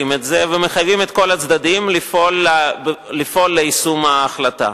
את זה ומחייבים את כל הצדדים לפעול ליישום ההחלטה.